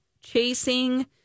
chasing